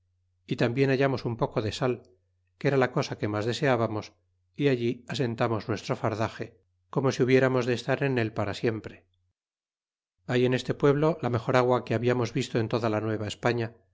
y tambien hallamos un poco de sal que era la cosa que mas desevbamos y allí asentamos nuestro fardaxe como si hubleramos de estar en el para siempre hay en este pueblo la mejor agua que hablamos visto en toda la